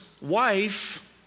wife